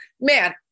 man